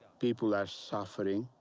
people are suffering.